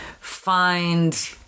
find